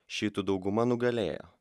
šiitų dauguma nugalėjo